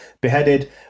beheaded